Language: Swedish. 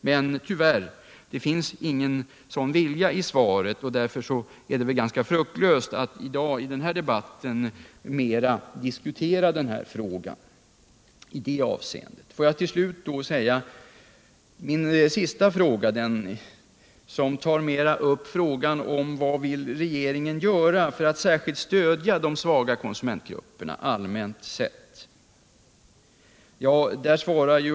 Men tyvärr finns det ingen sådan vilja i svaret, och därför är det väl fruktlöst att i dag i den här debatten mera diskutera det problemet. I min sista fråga tar jag upp vilka åtgärder regeringen vill vidta för att stödja konsumentgrupperna allmänt sett.